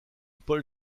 paul